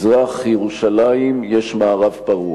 במזרח-ירושלים יש מערב פרוע